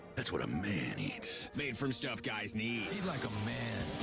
that's what a man eats. made from stuff guys need. eat like a man,